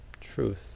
truth